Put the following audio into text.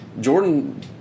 Jordan